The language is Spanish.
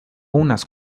unas